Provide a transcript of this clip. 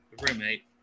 roommate